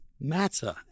matter